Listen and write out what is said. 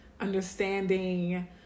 understanding